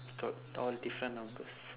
got all different numbers